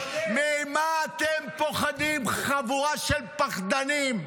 --- ממה אתם פוחדים, חבורה של פחדנים?